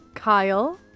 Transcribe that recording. Kyle